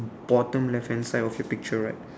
bottom left hand side of the picture right